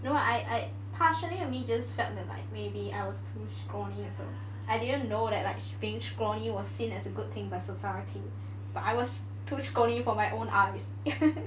you know what I I partially of me just felt that like maybe I was too scrawny also I didn't know that like being scrawny was seen as a good thing by society but I was too scrawny for my own eyes